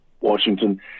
Washington –